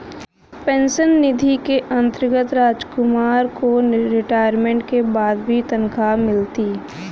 pension निधि के अंतर्गत रामकुमार को रिटायरमेंट के बाद भी तनख्वाह मिलती